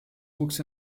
wuchs